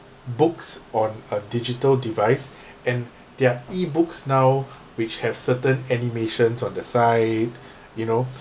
books on a digital device and their e-books now which have certain animations on the side you know